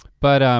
but,